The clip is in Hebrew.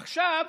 עכשיו,